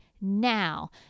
now